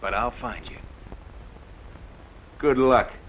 but i'll find you good luck